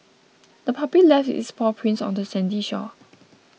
the puppy left its paw prints on the sandy shore